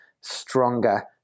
stronger